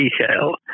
detail